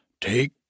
Take